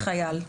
חייל.